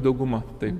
dauguma tai